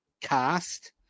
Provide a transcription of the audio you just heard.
cast